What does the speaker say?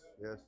yes